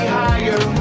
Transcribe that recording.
higher